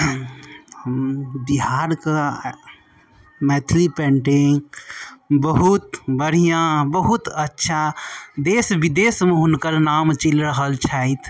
बिहारके मैथिला पैंटिंग बहुत बढ़िआँ बहुत अच्छा देश बिदेशमे हुनकर नाम चलि रहल छै